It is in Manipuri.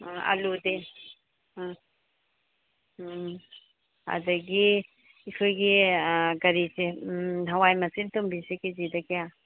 ꯎꯝ ꯑꯂꯨꯗꯤ ꯎꯝ ꯎꯝ ꯑꯗꯒꯤ ꯑꯩꯈꯣꯏꯒꯤ ꯑꯥ ꯀꯔꯤꯁꯦ ꯎꯝ ꯍꯋꯥꯏ ꯃꯆꯤꯟ ꯇꯨꯝꯕꯤꯁꯦ ꯀꯦꯖꯤꯗ ꯀꯌꯥ